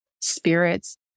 spirits